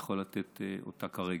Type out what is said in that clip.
יכול לתת אותה כרגע.